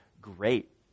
great